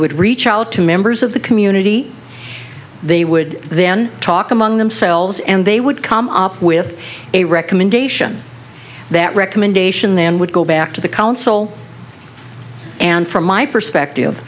would reach out to members of the community they would then talk among themselves and they would come up with a recommendation that recommendation then would go back to the council and from my perspective